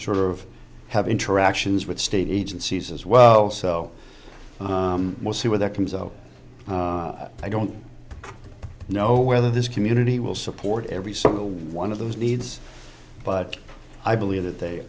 sort of have interactions with state agencies as well so we'll see where that comes out i don't know whether this community will support every single one of those needs but i believe that they